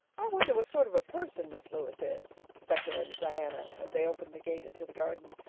i wonder what sort of a person miss lewis is, speculated diana as they opened the gate into the garden.